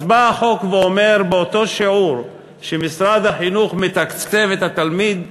אז בא החוק ואומר: באותו שיעור שמשרד החינוך מתקצב את התלמיד במשרדו,